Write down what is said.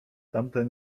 tamten